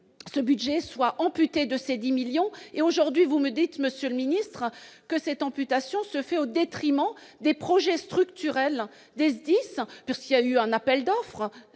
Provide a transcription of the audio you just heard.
ce budget soit amputée de ses 10 millions et aujourd'hui vous me dites, Monsieur le Ministre, que cette amputation se fait au détriment des projets structurels des outils sans merci, a eu un appel d'offres,